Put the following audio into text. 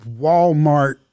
Walmart